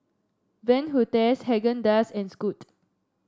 Van Houten Haagen Dazs and Scoot